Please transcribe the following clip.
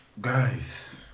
Guys